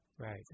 Right